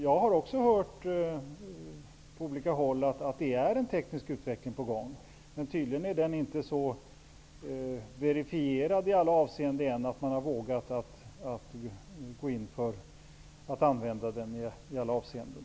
Jag har också från olika håll hört att en teknisk utveckling är på gång. Tydligen är den inte så verifierad att man har vågat använda den i alla avseenden.